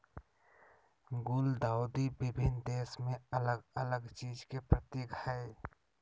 गुलदाउदी विभिन्न देश में अलग अलग चीज के प्रतीक हइ